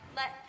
let